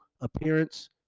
appearance